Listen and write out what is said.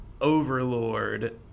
overlord